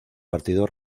partido